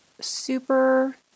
super